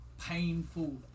painful